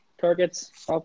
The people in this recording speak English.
targets